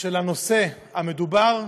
של הנושא המדובר,